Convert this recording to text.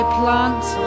plant